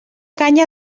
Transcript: canya